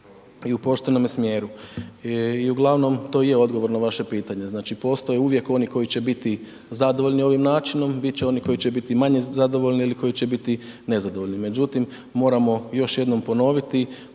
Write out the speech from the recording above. i poštenome smjeru i uglavnom to je odgovor na vaše pitanje, znači postoje uvijek oni koji će biti zadovoljni ovim načinom, bit će onih koji će biti manje zadovoljni ili koji će biti nezadovoljni. Međutim moramo još jednom ponoviti,